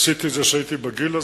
עשיתי את זה כשהייתי בגיל הזה,